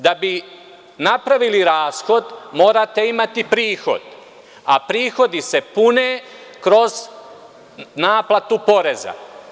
Da bi napravili rashod morate imati prihod, a prihodi se pune kroz naplatu poreza.